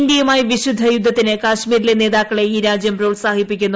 ഇന്ത്യയുമായി വിശുദ്ധ യുദ്ധത്തിന് കശ്മീരിലെ നേതാക്കളെ ഈ രാജ്യം പ്രോത്സാഹിപ്പിക്കുന്നു